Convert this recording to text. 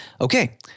Okay